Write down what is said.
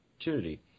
opportunity